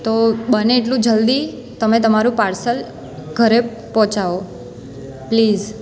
તો બને એટલું જલ્દી તમે તમારું પાર્સલ ઘરે પહોંચાડો પ્લીઝ